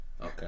Okay